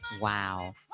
Wow